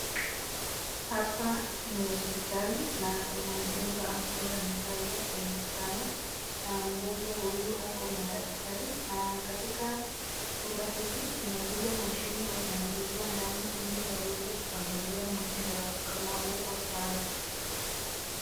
Hapa ni hospitali na kuna mgonjwa ambaye amelazwa kwenye kitanda na mgonjwa huyu akona daktari na katika chumba hiki kuna zile mashine unaingizwa ndani ili waweze kuangalia mwili wako kama uko sawa.